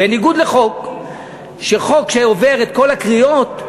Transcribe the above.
בניגוד לחוק שעובר את כל הקריאות,